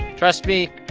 trust me,